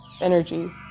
energy